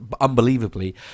unbelievably